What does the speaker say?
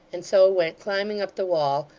and so went climbing up the wall,